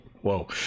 whoa